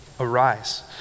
arise